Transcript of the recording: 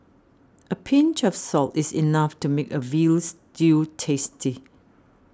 a pinch of salt is enough to make a Veal Stew tasty